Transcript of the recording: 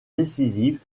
décisive